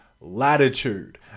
Latitude